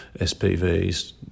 SPVs